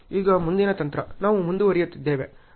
ಈಗ ಮುಂದಿನ ತಂತ್ರ ನಾವು ಮುಂದುವರಿಯುತ್ತಿದ್ದೇವೆ